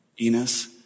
Enos